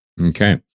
Okay